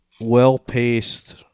well-paced